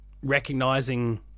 recognizing